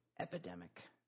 epidemic